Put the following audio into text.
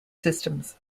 systems